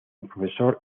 profesor